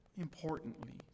importantly